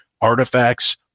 Artifacts